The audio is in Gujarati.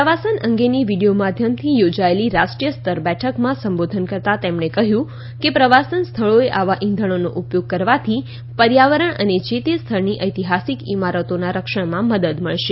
પ્રવાસન અંગેની વિડિયો માધ્યમથી યોજાયેલી રાષ્ટ્રીય સ્તર બેઠકમાં સંબોધન કરતા તેમણે કહ્યું કે પ્રવાસન સ્થળોએ આવા ઈંધણોનો ઉપયોગ કરવાથી પર્યાવરણ અને જે તે સ્થળની ઐતિહાસિક ઈમારતોના રક્ષણમાં મદદ મળશે